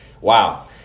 Wow